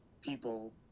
people